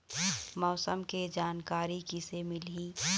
मौसम के जानकारी किसे मिलही?